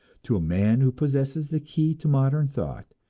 to a man who possesses the key to modern thought,